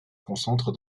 concentre